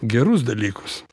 gerus dalykus